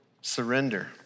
surrender